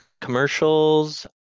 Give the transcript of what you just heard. commercials